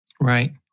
Right